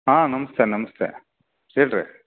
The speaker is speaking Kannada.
ಹಾಂ ನಮಸ್ತೆ ನಮಸ್ತೆ ಹೇಳಿ ರೀ